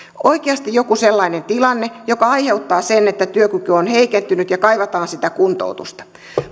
oikeasti joku sellainen tilanne joka aiheuttaa sen että työkyky on heikentynyt ja kaivataan sitä kuntoutusta